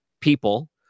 people